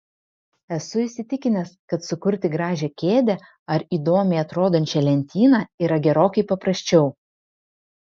esu įsitikinęs kad sukurti gražią kėdę ar įdomiai atrodančią lentyną yra gerokai paprasčiau